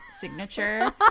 signature